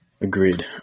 Agreed